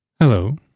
Hello